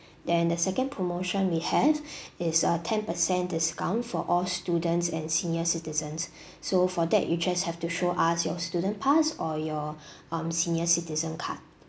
then the second promotion we have is a ten percent discount for all students and senior citizens so for that you just have to show us your student pass or your um senior citizen card